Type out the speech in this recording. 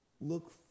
Look